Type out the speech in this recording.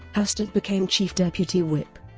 hastert became chief deputy whip.